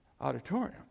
auditorium